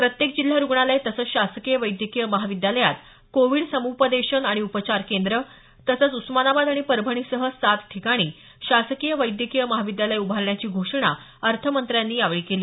प्रत्येक जिल्हा रुग्णालय तसंच शासकीय वैद्यकीय महाविद्यालयात कोविड समुपदेशन आणि उपचार केंद्र तसंच उस्मानाबाद आणि परभणीसह सात ठिकाणी शासकीय वैद्यकीय महाविद्यालय उभारण्याची घोषणा अर्थमंत्र्यांनी यावेळी केली